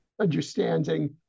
understanding